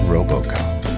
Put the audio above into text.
Robocop